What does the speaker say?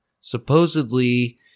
supposedly